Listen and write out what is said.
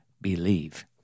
believe